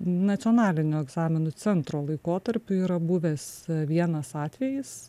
nacionalinio egzaminų centro laikotarpiu yra buvęs vienas atvejis